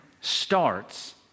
starts